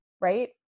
right